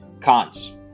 Cons